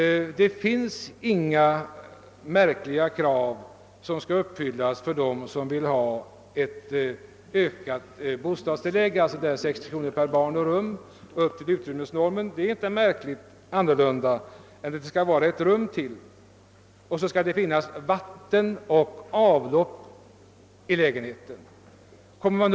Det finns inga märkliga krav som måste uppfyllas för dem som önskar ett ökat bostadstilllägg — alltså 60 kronor per barn och rum upp till utrymmesnormen. Detta innebär bara att det skall vara ett rum ytterligare samt att det skall finnas vatten och avlopp i lägenheterna.